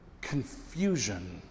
confusion